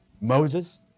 Moses